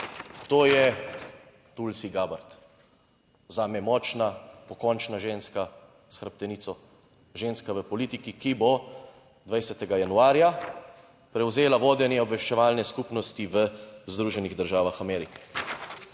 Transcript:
to je Tulsi Gabbert, zame močna pokončna ženska s hrbtenico, ženska v politiki, ki bo 20. januarja prevzela vodenje obveščevalne skupnosti v Združenih državah Amerike.